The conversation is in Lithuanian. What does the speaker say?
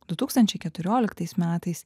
du tūkstančiai keturioliktais metais